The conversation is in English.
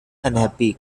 unhappy